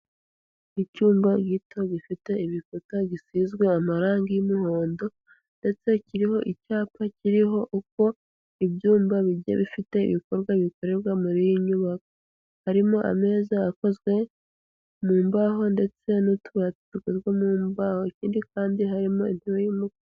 Icyumba gito gifite ibikuta, gisizwe amarangi y'umuhondo, ndetse kiriho icyapa kiriho uko ibyumba bigiye bifite ibikorwa bikorerwa muri iyi nyubako. Harimo ameza akozwe mu mbaho ndetse n'utubati dukozwe mu mbaho. Ikindi kandi harimo intebe y'umukara.